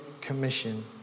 commission